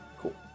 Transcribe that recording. cool